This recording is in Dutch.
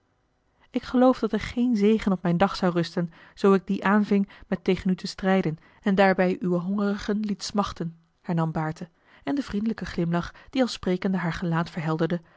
ik geloof dat er geen zegen op mijn dag zou rusten zoo ik dien aanving met tegen u te strijden en daarbij uwe hongerigen liet smachten hernam baerte en de vriendelijke glimlach die al sprekende haar gelaat verhelderde